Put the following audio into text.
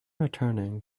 returning